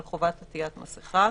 על חובת עטיית המסכה,